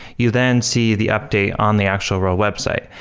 you then see the update on the actual real website.